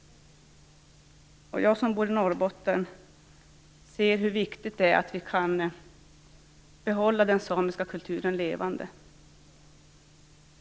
Jag som bor i Norrbotten ser hur viktigt det är att vi kan behålla den samiska kulturen levande.